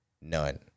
None